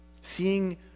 seeing